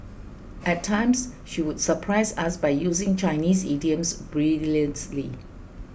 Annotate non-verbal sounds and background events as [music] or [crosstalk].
at times she would surprise us by using Chinese idioms [unintelligible]